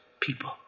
people